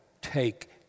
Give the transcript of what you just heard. take